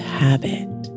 habit